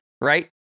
right